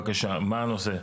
בבקשה, מה הנושא?